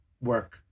work